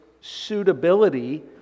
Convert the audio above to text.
suitability